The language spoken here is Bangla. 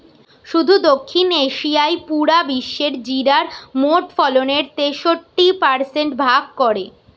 শুধু দক্ষিণ এশিয়াই পুরা বিশ্বের জিরার মোট ফলনের তেষট্টি পারসেন্ট ভাগ করে